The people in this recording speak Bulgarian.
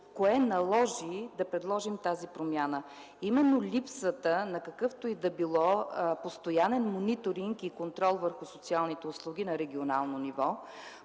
кое наложи да предложим тази промяна. Липсата на какъвто и да било постоянен мониторинг и контрол върху социалните услуги на регионално ниво